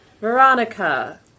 Veronica